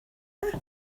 dydw